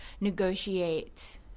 negotiate